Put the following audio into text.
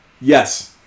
Yes